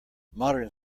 modern